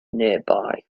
nearby